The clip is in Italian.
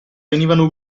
venivano